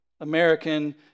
American